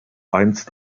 einst